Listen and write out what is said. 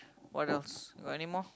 what else got anymore